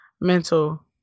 mental